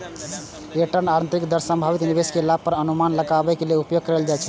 रिटर्नक आंतरिक दर संभावित निवेश के लाभ के अनुमान लगाबै लेल उपयोग कैल जाइ छै